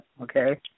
okay